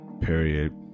Period